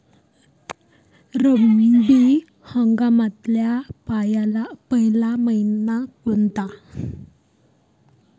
रब्बी हंगामातला पयला मइना कोनता?